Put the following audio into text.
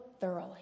thoroughly